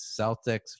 Celtics